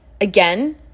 Again